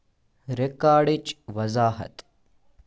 رِکارڈٕچ وَضاحت